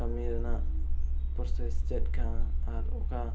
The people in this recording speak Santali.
ᱠᱟᱹᱢᱤ ᱨᱮᱱᱟᱜ ᱪᱮᱫ ᱠᱟᱱᱟ ᱟᱨ ᱚᱠᱟ